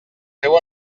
feu